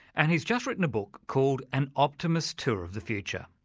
and he's just written a book called an optimist's tour of the future.